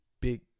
big